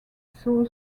soul